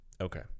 Okay